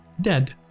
dead